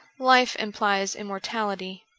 life implies immortality.